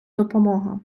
допомога